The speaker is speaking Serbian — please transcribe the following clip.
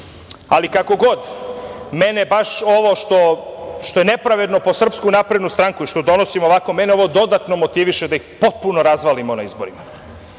kako god, mene baš ovo što je nepravedno po SNS, što donosimo ovako, mene ovo dodatno motiviše da ih potpuno razvalimo na izborima,